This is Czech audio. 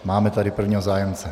Máme tady prvního zájemce.